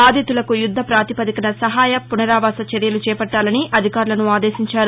బాధితులకు యుద్ద ప్రాతిపదికన సహాయ పునరావాస చర్యలు చేపట్లాలని అధికారులను ఆదేశించారు